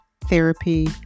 therapy